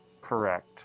correct